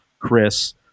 Chris